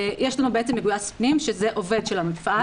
יש לנו מגויס פנים שזה עובד של המפעל.